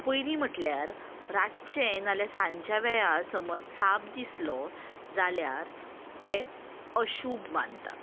पयलीं म्हटल्यार रातचें नाल्यार सांच्या वेळार समज साप दिसलो जाल्यार तें अशूभ मानता